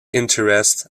interest